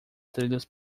trilhos